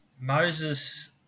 Moses